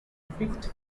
fifth